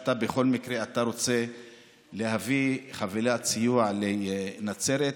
שאתה בכל מקרה רוצה להביא חבילת סיוע לנצרת,